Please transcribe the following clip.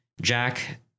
Jack